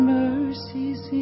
mercies